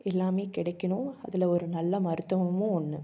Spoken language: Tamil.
எல்லாமே கிடைக்கணும் அதில் ஒரு நல்ல மருத்துவமும் ஒன்று